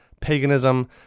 paganism